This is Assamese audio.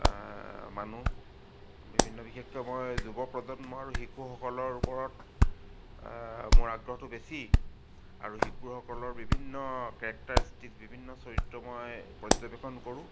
মানুহ বিভিন্ন বিশেষকৈ মই যুৱপ্ৰজন্মৰ শিশুসকলৰ ওপৰত মোৰ আগ্ৰহটো বেছি আৰু শিশুসকলৰ বিভিন্ন কেৰেক্টাৰিষ্টিকছ বিভিন্ন চৰিত্ৰ মই পৰ্যবেক্ষণ কৰোঁ